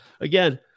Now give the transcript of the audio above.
Again